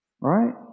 Right